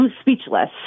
speechless